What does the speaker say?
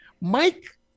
Mike